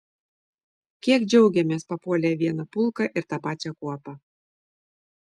kiek džiaugėmės papuolę į vieną pulką ir tą pačią kuopą